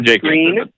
Green